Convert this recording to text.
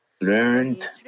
learned